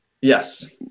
Yes